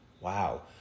wow